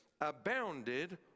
abounded